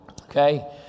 okay